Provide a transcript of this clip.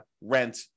rent